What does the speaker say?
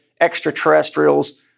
extraterrestrials